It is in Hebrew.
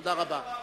תודה רבה.